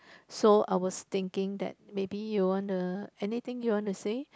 so I was thinking that maybe you want the anything you want to say